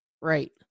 Right